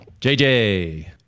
jj